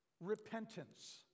repentance